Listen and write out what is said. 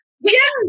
Yes